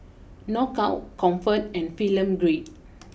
Knockout Comfort and Film Grade